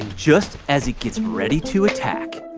just as it gets ready to attack,